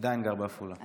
עדיין גר בעפולה.